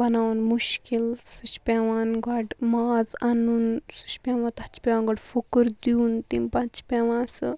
بَناوُن مُشکِل سُہ چھُ پیٚوان گۄڈٕ ماز اَنُن سُہ چھُ پیٚوان تَتھ چھُ پیٚوان گۄڈٕ فُکُر دیُن تمہِ پَتہٕ چھُ پیٚوان سُہ